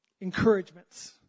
Encouragements